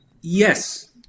Yes